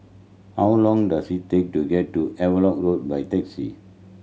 how long does it take to get to Havelock Road by taxi